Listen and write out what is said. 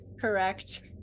Correct